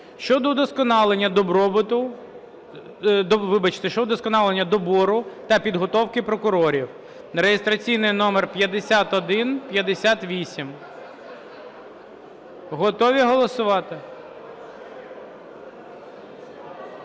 щодо удосконалення добору та підготовки прокурорів (реєстраційний номер 5158). Готові голосувати?